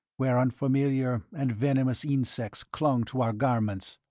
where unfamiliar and venomous insects clung to our garments.